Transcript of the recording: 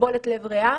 סיבולת לב ריאה.